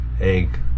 egg